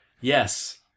Yes